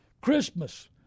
Christmas